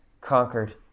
conquered